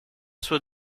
suo